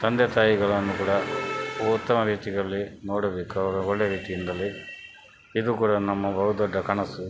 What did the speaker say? ತಂದೆ ತಾಯಿಗಳನ್ನು ಕೂಡ ಉತ್ತಮ ರೀತಿಯಲ್ಲಿ ನೋಡಬೇಕು ಅವರನ್ನು ಒಳ್ಳೆಯ ರೀತಿಯಿಂದಲೇ ಇದು ಕೂಡ ನಮ್ಮ ಬಹುದೊಡ್ಡ ಕನಸು